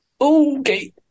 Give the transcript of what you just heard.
Okay